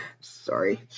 Sorry